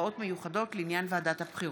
(הוראות מיוחדות לעניין ועדת הבחירות).